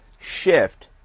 shift